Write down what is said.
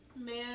Man